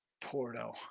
Porto